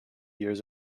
years